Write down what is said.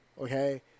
okay